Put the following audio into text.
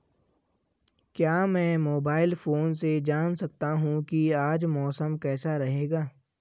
क्या मैं mobile phone से जान सकता हूँ कि आज मौसम कैसा रहेगा?